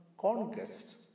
conquest